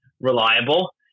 reliable